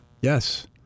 yes